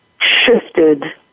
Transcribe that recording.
shifted